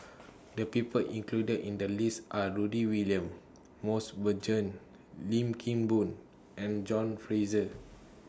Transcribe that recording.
The People included in The list Are Rudy William Mosbergen Lim Kim Boon and John Fraser